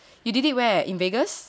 you did where in vegas